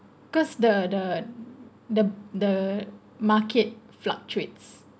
cause the the the the market fluctuates